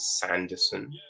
Sanderson